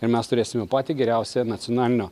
ir mes turėsime patį geriausią nacionalinio